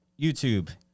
YouTube